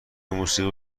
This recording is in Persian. موسیقی